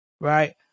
right